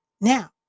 now